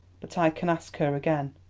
but i can ask her again.